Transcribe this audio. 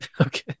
Okay